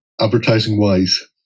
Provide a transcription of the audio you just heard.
Advertising-wise